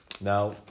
now